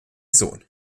sohn